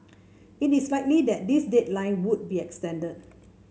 it is likely that this deadline would be extended